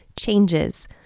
changes